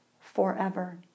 forever